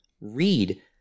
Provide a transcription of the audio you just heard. read